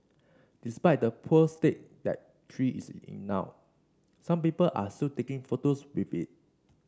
despite the poor state that tree is in now some people are still taking photos with it